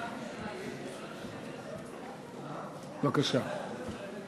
בבקשה.